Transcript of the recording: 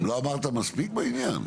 לא אמרת מספיק בעניין?